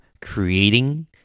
creating